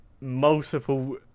multiple